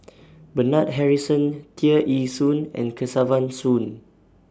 Bernard Harrison Tear Ee Soon and Kesavan Soon